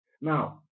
Now